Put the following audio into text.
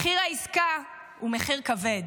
מחיר העסקה הוא מחיר כבד,